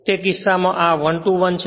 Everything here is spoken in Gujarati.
તેથી આ કિસ્સામાં હવે આ 1 માં 1 છે